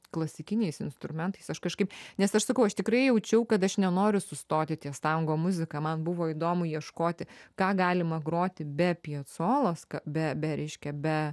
klasikiniais instrumentais aš kažkaip nes aš sakau aš tikrai jaučiau kad aš nenoriu sustoti ties tango muzika man buvo įdomu ieškoti ką galima groti be piacolos k be be reiškia be